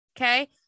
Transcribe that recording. okay